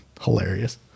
hilarious